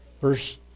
verse